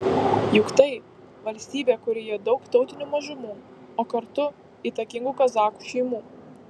juk tai valstybė kurioje daug tautinių mažumų o kartu įtakingų kazachų šeimų